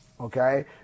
okay